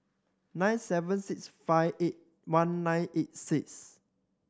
nine seven six five eight one nine eight six